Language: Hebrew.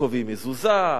קובעים מזוזה,